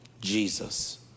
Jesus